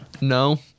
no